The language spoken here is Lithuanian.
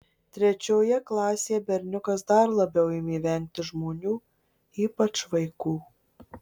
trečioje klasėje berniukas dar labiau ėmė vengti žmonių ypač vaikų